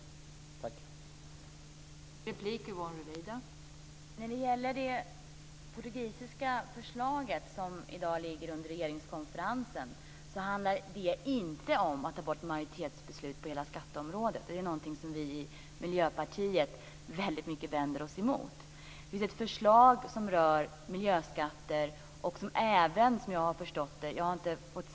Tack!